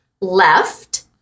left